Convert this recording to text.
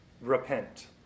Repent